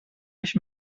nicht